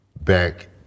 back